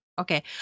Okay